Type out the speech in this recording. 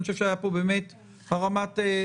אני חושב שהיה פה באמת הרמת תמרור.